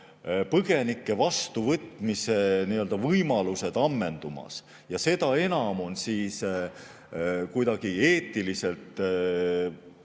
põgenike vastuvõtmise võimalused ammendumas. Seda enam on kuidagi eetiliselt kaheldav